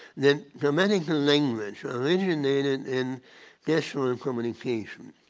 that the medical language originated in national communication.